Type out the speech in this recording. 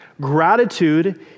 Gratitude